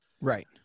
Right